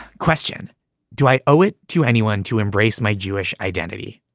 question do i owe it to anyone to embrace my jewish identity?